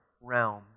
realm